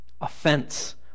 offense